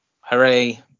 hooray